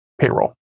payroll